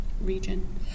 region